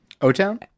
O-Town